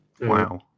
Wow